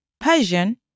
Persian